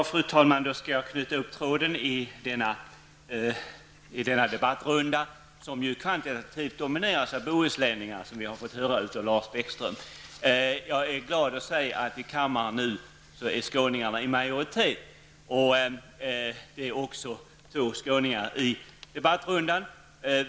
Fru talman! Jag skall knyta ihop trådarna i denna debattrunda vilken, som vi har fått höra av Lars Bäckström, ju kvantitativt har dominerats av bohuslänningar. Jag är glad att kunna säga att skåningarna just nu är majoritet i kammaren liksom också att det är två skåningar med i debattrundan.